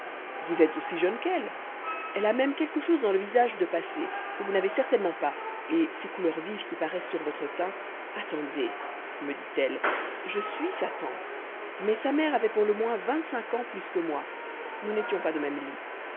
vous êtes aussi jeune qu'elle elle a même quelque chose dans le visage de passé que vous n'avez certainement pas et ces couleurs vives qui paroissent sur votre teint attendez me dit-elle je suis sa tante mais sa mère avoit pour le moins vingt-cinq ans plus que moi nous n'étions pas de même lit